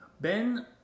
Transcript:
Ben